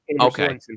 okay